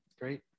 Great